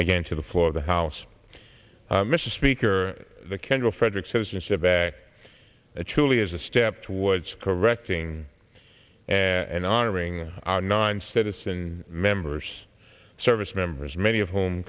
again to the floor of the house mr speaker the kindle fredrick citizenship it truly is a step towards correcting and honoring our non citizen members service members many of whom